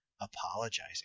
apologizing